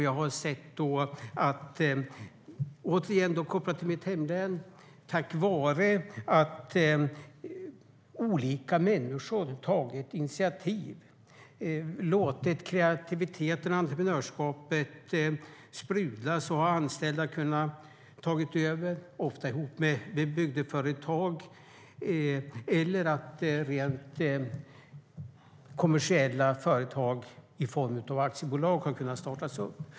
Jag har sett, återigen kopplat till mitt hemlän, att tack vare att olika människor tagit initiativ och låtit kreativiteten och entreprenörskapet sprudla har anställda kunnat ta över. Det har ofta skett ihop med bygdeföretag. Också rent kommersiella företag i form av aktiebolag har kunnat startas.